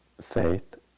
faith